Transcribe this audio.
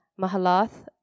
Mahalath